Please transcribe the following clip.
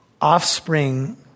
offspring